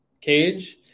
cage